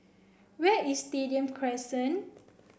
where is Stadium Crescent